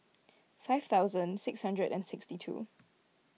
five thousand six hundred and sixty two